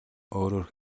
өөрөөр